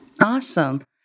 Awesome